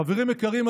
חברים יקרים,